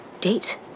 Date